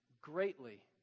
greatly